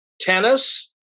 Tennis